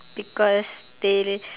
because they